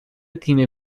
تیم